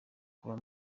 kuba